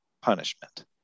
punishment